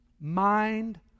Mind